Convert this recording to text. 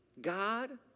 God